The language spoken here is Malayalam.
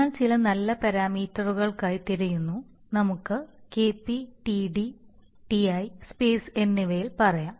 നിങ്ങൾ ചില നല്ല പാരാമീറ്ററുകൾക്കായി തിരയുന്നു നമുക്ക് KP TD TI KP td and TI space എന്നിവയിൽ പറയാം